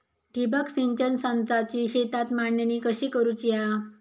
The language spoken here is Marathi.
ठिबक सिंचन संचाची शेतात मांडणी कशी करुची हा?